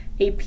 AP